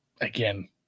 again